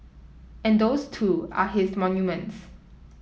and those too are his monuments